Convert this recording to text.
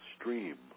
Stream